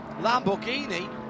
Lamborghini